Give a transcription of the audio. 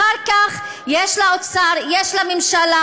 אחר כך יש לאוצר, יש לממשלה,